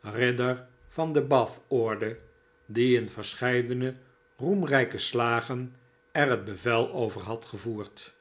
ridder van de bathorde die in verscheidene roemiijke slagen er het bevel over had gevoerd